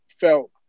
felt